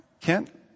Kent